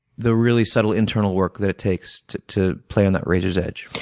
the really subtle internal work that it takes to to play on that razor's edge.